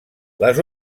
les